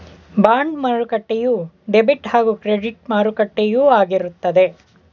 bond ಮಾರುಕಟ್ಟೆಯು debit ಹಾಗೂ credit ಮಾರುಕಟ್ಟೆಯು ಆಗಿರುತ್ತದೆ